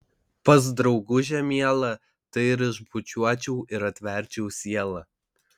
pas draugužę mielą tai ir išbučiuočiau ir atverčiau sielą